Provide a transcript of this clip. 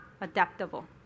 adaptable